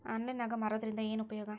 Online ನಾಗ್ ಮಾರೋದ್ರಿಂದ ಏನು ಉಪಯೋಗ?